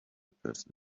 person